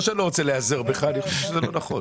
לא שאני לא רוצה להיעזר בך אבל אני חושב שזה לא נכון.